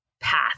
path